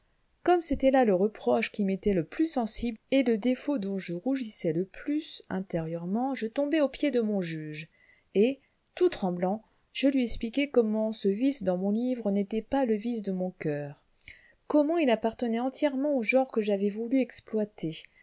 comme c'était là le reproche qui m'était le plus sensible et le défaut dont je rougissais le plus intérieurement je tombai aux pieds de mon juge et tout tremblant je lui expliquai comment ce vice dans mon livre n'était pas le vice de mon coeur comment il appartenait entièrement au genre que j'avais voulu exploiter